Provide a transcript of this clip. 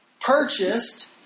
purchased